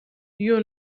you